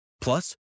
Plus